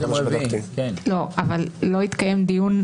אבל לא יתקיים דיון.